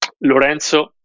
Lorenzo